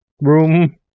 room